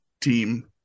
team